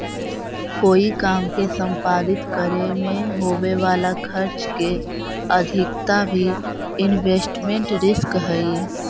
कोई काम के संपादित करे में होवे वाला खर्च के अधिकता भी इन्वेस्टमेंट रिस्क हई